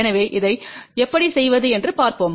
எனவே அதை எப்படி செய்வது என்று பார்ப்போம்